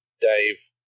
Dave